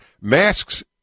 Masks